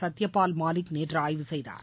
சத்யபால் மாலிக் நேற்று ஆய்வு செய்தார்